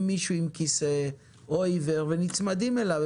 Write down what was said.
מישהו על כיסא גלגלים או עיוור ונצמדים אליו.